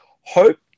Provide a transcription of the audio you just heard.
hope